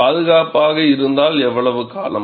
பாதுகாப்பாக இருந்தால் எவ்வளவு காலம்